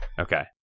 Okay